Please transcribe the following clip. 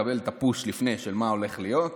מקבל את הפוש לפני כן מה הולך להיות,